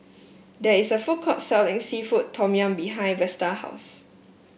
there is a food court selling seafood Tom Yum behind Vesta's house